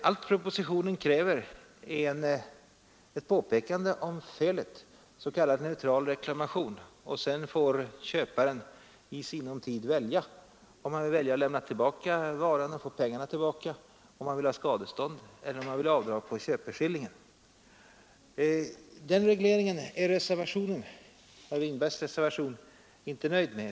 Allt propositionen kräver är ett påpekande av felet, en s.k. neutral reklamation, och sedan får köparen i sinom tid välja om han vill lämna tillbaka varan och få pengarna tillbaka, om han vill ha skadestånd eller om han vill ha avdrag på köpeskillingen. Detta är herr Winberg inte nöjd med.